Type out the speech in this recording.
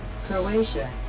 Croatia